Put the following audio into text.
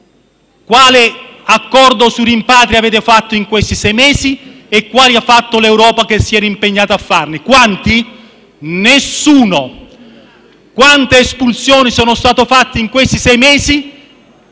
quale accordo sui rimpatri avete fatto in questi sei mesi? Quanti ne ha fatti l'Europa, che si era impegnata a farli? Quanti? Nessuno. Quante espulsioni sono state fatte in questi sei mesi